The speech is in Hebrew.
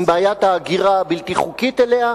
עם בעיית ההגירה הבלתי-חוקית אליה.